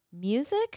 music